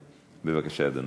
בבקשה, אדוני.